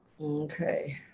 Okay